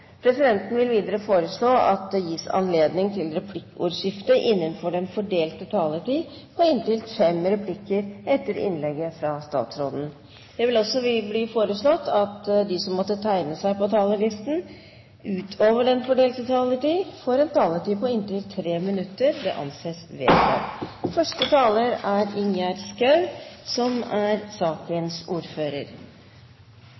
Presidenten vil videre foreslå at det gis anledning til replikkordskifte innenfor den fordelte taletid på inntil fem replikker med svar etter innlegget fra statsråden. Videre blir det foreslått at de som måtte tegne seg på talerlisten utover den fordelte taletid, får en taletid på inntil 3 minutter. – Det anses vedtatt. Jeg vil først gi ros til representantene som har fremmet forslaget. Det er et viktig spørsmål som